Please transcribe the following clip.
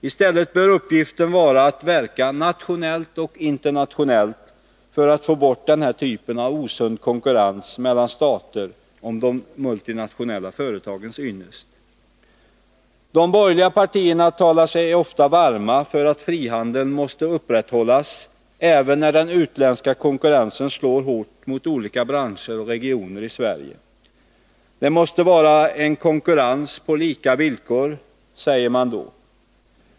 I stället bör uppgiften vara att verka nationellt och internationellt för att få bort denna typ av osund konkurrens mellan stater om de multinationella företagens ynnest. De borgerliga partierna talar sig ofta varma för att frihandeln måste upprätthållas, även när den utländska konkurrensen slår hårt mot olika branscher och regioner i Sverige. Det måste vara en konkurrens på lika villkor, säger man då.